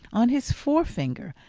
on his forefinger,